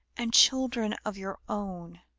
and children of your own.